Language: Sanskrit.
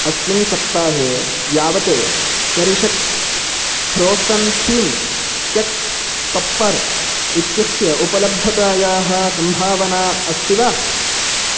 अस्मिन् सप्ताहे यावत् चेरिशेक्स् फ्रोसन् थीम् केक् टोप्पर् इत्यस्य उपलब्धतायाः सम्भावना अस्ति वा